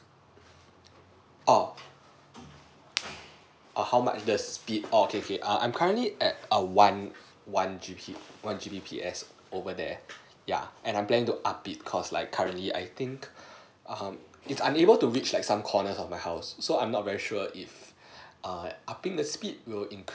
oo oh how much is the speed okay okay I'm currently at a one one G_B one G_B_P_S over there yeah and I'm planning to up it cause like currently I think hmm it's unable to reach at some corner at my house so I'm not very sure if err upping the speed would increase